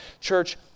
Church